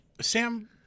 Sam